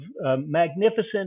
magnificent